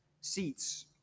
seats